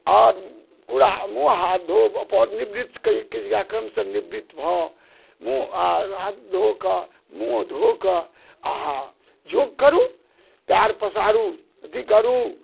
आओर कूड़ा मुँह हाथ धोब निवृत अपन क्रिया कर्मसँ निवृत भऽ मुँह आओर हाथ धोकऽ मुँह धोकऽ अहाँ योग करू पाएर पसारू अथी करू